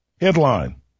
Headline